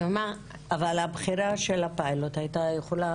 אבל הבחירה של הפיילוט הייתה יכולה